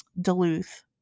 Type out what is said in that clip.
Duluth